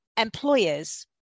employers